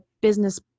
business